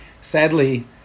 Sadly